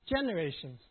generations